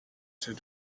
said